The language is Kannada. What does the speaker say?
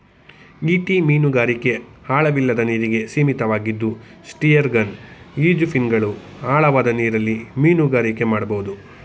ಈಟಿ ಮೀನುಗಾರಿಕೆ ಆಳವಿಲ್ಲದ ನೀರಿಗೆ ಸೀಮಿತವಾಗಿದ್ದು ಸ್ಪಿಯರ್ಗನ್ ಈಜುಫಿನ್ಗಳು ಆಳವಾದ ನೀರಲ್ಲಿ ಮೀನುಗಾರಿಕೆ ಮಾಡ್ಬೋದು